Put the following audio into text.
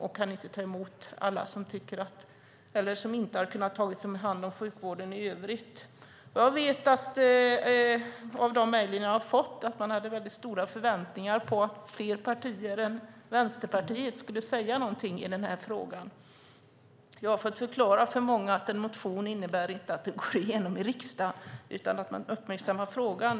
De kan inte ta emot alla som inte har kunnat tas om hand av sjukvården i övrigt. Jag vet av de mejl jag har fått att man hade väldigt stora förväntningar på att fler partier än Vänsterpartiet skulle säga någonting i den här frågan. Jag har fått förklara för många att en motion inte innebär att förslaget går igenom i riksdagen utan att man uppmärksammar frågan.